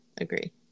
agree